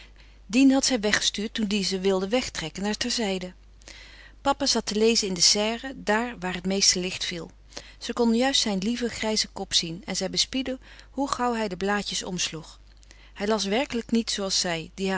dien had zij weggestuurd toen die ze wilde wegtrekken naar terzijde papa zat te lezen in de serre daar waar het meeste licht viel ze kon juist zijn lieven grijzen kop zien en zij bespiedde hoe gauw hij de blaadjes omsloeg hij las werkelijk niet zooals zij